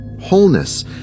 wholeness